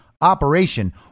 operation